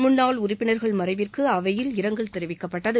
முன்னாள் உறுப்பினர்கள் மறைவிற்கும் அவையில் இரங்கல் தெரிவிக்கப்பட்டது